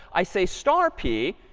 i say star p.